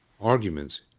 Arguments